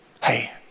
Hey